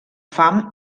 fam